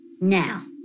Now